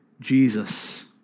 Jesus